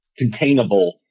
containable